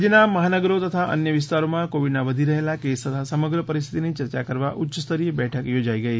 રાજ્યના મહાનગરો તથા અન્ય વિસ્તારોમાં કોવિડના વધી રહેલા કેસ તથા સમગ્ર પરિસ્થિતિની ચર્ચા કરવા ઉચ્યસ્તરીય બેઠક યોજાઈ ગઈ